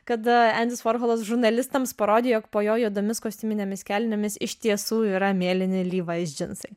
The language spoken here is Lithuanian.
kada endis vorholas žurnalistams parodė jog po jo juodomis kostiuminėmis kelnėmis iš tiesų yra mėlyni levis džinsai